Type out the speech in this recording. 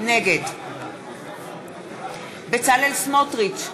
נגד בצלאל סמוטריץ,